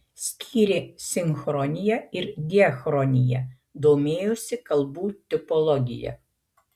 skyrė sinchroniją ir diachroniją domėjosi kalbų tipologija